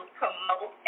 promote